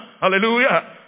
Hallelujah